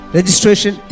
Registration